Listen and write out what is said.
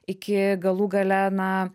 iki galų gale na